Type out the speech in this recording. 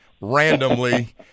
randomly